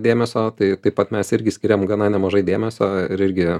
dėmesio tai taip pat mes irgi skiriam gana nemažai dėmesio ir irgi